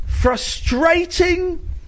frustrating